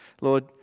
Lord